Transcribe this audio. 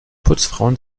putzfrauen